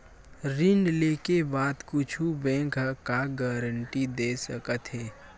ऋण लेके बाद कुछु बैंक ह का गारेंटी दे सकत हे?